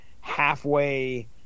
halfway